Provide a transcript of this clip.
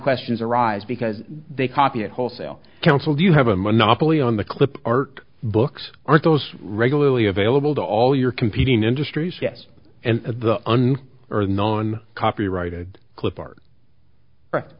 questions arise because they copy it wholesale counsel do you have a monopoly on the clip art books aren't those regularly available to all your competing industries yes and the un or non copyrighted clip art